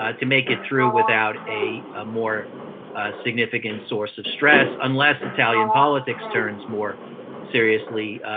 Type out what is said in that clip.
ah to make it through without a ah more significant source of stress unless italian politics turns more seriously